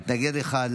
מתנגד אחד.